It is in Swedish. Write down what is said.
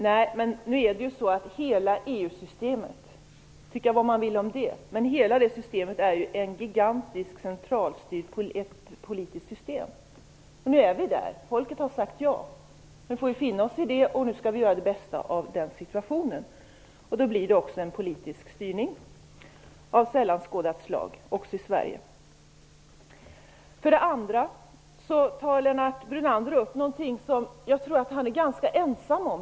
Nej, men nu är det så att hela EU-systemet - tycka vad man vill om det - är ju ett gigantiskt centralstyrt politiskt system. Nu är vi där. Folket har sagt ja. Vi får finna oss i det, och nu får vi göra det bästa av situationen. Då blir det också en politisk styrning av sällan skådat slag - också i Sverige. Vidare tar Lennart Brunander upp en fråga som jag tror han är ganska ensam om.